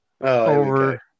over